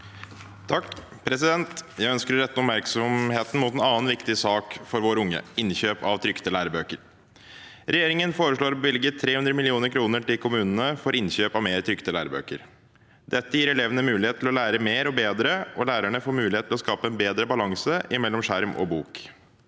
(Sp) Jeg ønsker å rette oppmerksomheten mot en annen viktig sak for våre unge: innkjøp av trykte lærebøker. Regjeringen foreslår bevilget 300 mill. kr til kommunene for innkjøp av flere trykte lærebøker. Dette gir elevene mulighet til å lære mer og bedre, og lærerne får mulighet til å skape en bedre balanse mellom skjerm og bok.